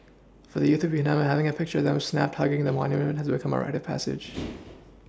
for the youth of Vietnam having a picture of them snapped hugging the monument has become a rite of passage